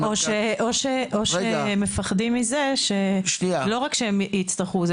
--- או שמפחדים מזה לא רק שהם יצטרכו,